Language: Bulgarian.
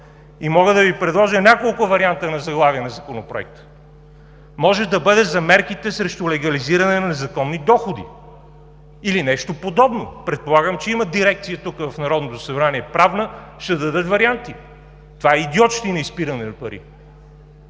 Мога да Ви предложа няколко варианта на заглавие на Законопроекта. Може да бъде за мерките срещу легализиране на незаконни доходи, или нещо подобно. Предполагам, че има Правна дирекция тук в Народното събрание, ще дадат варианти. Това е идиотщина: изпиране на пари.